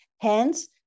Hence